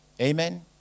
Amen